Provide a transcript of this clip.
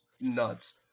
nuts